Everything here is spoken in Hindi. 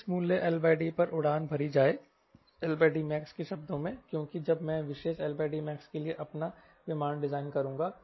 किस मूल्य LD पर उड़ान भरी जाए LDmax कि शब्दों में क्योंकि मैं एक विशेष LDmax के लिए अपना विमान डिजाइन करूंगा